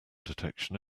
detection